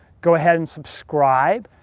go ahead and subscribe.